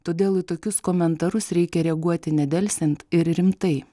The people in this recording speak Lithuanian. todėl į tokius komentarus reikia reaguoti nedelsiant ir rimtai